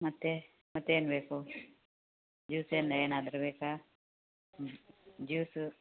ಮತ್ತು ಮತ್ತು ಏನ್ಬೇಕು ಜ್ಯುಸೇನು ಏನಾದರು ಬೇಕಾ ಹ್ಞೂ ಜ್ಯೂಸು